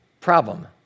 problem